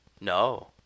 No